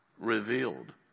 revealed